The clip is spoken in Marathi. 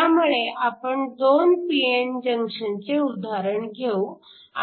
त्यामुळे आपण दोन p n जंक्शनचे उदाहरण घेऊ